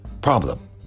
problem